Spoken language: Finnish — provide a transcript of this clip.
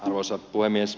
arvoisa puhemies